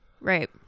Right